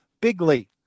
bigly